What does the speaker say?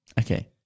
Okay